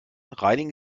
reinigen